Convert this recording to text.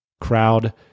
crowd